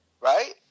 right